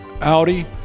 Audi